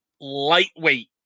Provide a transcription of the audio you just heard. lightweight